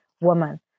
woman